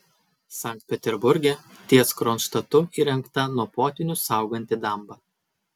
sankt peterburge ties kronštatu įrengta nuo potvynių sauganti damba